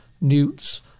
newts